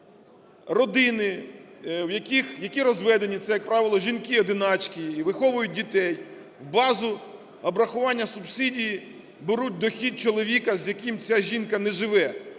родини, які розведені, це як правило жінки-одиначки, і виховують дітей, базу обрахування субсидії беруть дохід чоловіка, з яким ця жінка неживе.